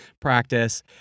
practice